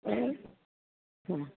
બરાબર હમ